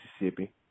Mississippi